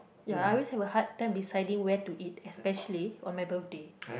ya I always have a hard time deciding where to eat especially on my birthday